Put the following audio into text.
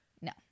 no